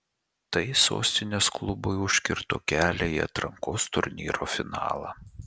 tai sostinės klubui užkirto kelią į atrankos turnyro finalą